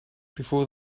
before